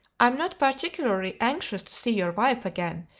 i'm not particularly anxious to see your wife again,